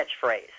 catchphrase